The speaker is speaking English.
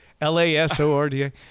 L-A-S-O-R-D-A